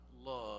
love